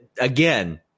again